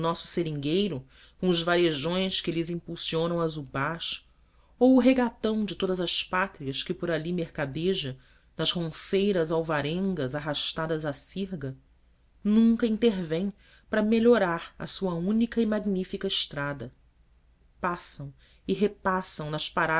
seringueiro com os varejões que lhe impulsionam as ubás ou o regatão de todas as pátrias que por ali mercadeja nas ronceiras alvarengas arrastadas à sirga nunca intervêm para melhorar a sua única e magnífica estrada passam e repassam nas